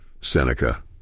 Seneca